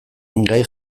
gai